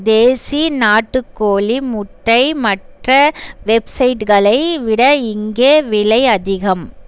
தேசி நாட்டுக்கோழி முட்டை மற்ற வெப்சைட்களை விட இங்கே விலை அதிகம்